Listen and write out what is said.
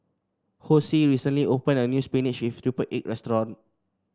Hosea recently opened a new spinach with triple egg restaurant